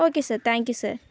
okay sir thank you sir